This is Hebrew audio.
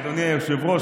אדוני היושב-ראש,